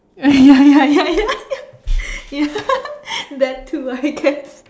ya ya ya ya ya ya that too I guess